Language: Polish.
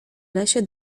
lesie